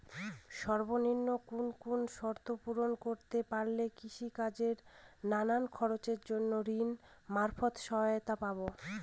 সর্বনিম্ন কোন কোন শর্ত পূরণ করতে পারলে কৃষিকাজের নানান খরচের জন্য ঋণ মারফত সহায়তা পাব?